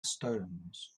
stones